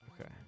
okay